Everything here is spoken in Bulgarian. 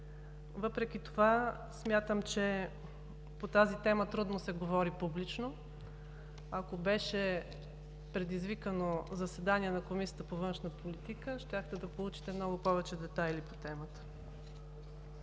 Въпреки това смятам, че трудно се говори публично по нея. Ако беше предизвикано заседание на Комисията по външна политика, щяхте да получите много повече детайли по темата.